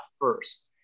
first